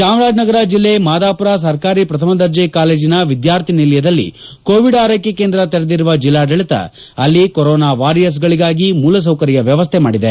ಚಾಮರಾಜನಗರ ಜಿಲ್ಲೆ ಮಾದಾಪುರ ಸರ್ಕಾರಿ ಪ್ರಥಮ ದರ್ಜೆ ಕಾಲೇಜಿನ ವಿದ್ಯಾರ್ಥಿನಿಲಯದಲ್ಲಿ ಕೋವಿಡ್ ಆರ್ಹೆಕ್ ಕೇಂದ್ರ ತೆರೆದಿರುವ ಜೆಲ್ಲಾಡಳಿತ ಅಲ್ಲಿ ಕೊರೋನಾ ವಾರಿಯರ್ಸ್ಗಳಿಗಾಗಿ ಮೂಲಸೌಕರ್ಯ ವ್ಯವಸ್ಥೆ ಮಾಡಿದೆ